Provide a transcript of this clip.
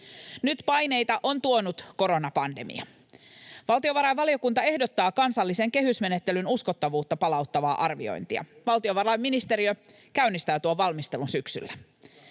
Nyt paineita on tuonut koronapandemia. Valtiovarainvaliokunta ehdottaa kansallisen kehysmenettelyn uskottavuutta palauttavaa arviointia. [Ben Zyskowicz: Hyvä!] Valtiovarainministeriö käynnistää tuon valmistelun syksyllä.